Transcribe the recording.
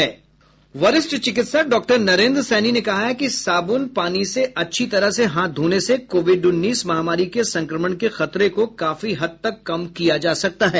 वरिष्ठ चिकित्सक डॉक्टर नरेन्द्र सैनी ने कहा है कि साबून पानी से अच्छी तरह से हाथ धोने से कोविड उन्नीस महामारी के संक्रमण के खतरे को काफी हद तक कम किया जा सकता है